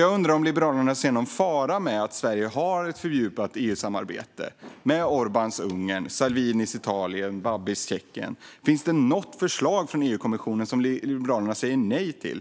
Jag undrar om Liberalerna ser någon fara med att Sverige har ett fördjupat EU-samarbete med Orbáns Ungern, Salvinis Italien eller Babis Tjeckien. Finns det något förslag från EU-kommissionen som Liberalerna säger nej till?